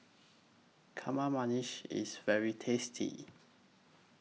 Kamameshi IS very tasty